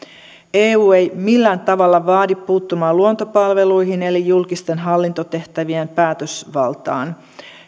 eu ei millään tavalla vaadi puuttumaan luontopalveluihin eli julkisten hallintotehtävien päätösvaltaan